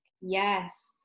Yes